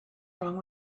wrong